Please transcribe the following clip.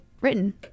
written